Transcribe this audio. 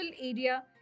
area